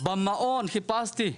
מעון חיפשתי,